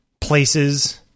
places